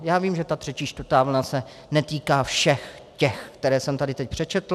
Já vím, že ta třetí čtvrtá vlna se netýká všech těch, které jsem tady teď přečetl.